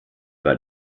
war